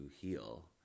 heal